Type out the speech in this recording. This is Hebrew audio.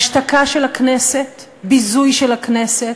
השתקה של הכנסת, ביזוי של הכנסת,